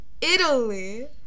Italy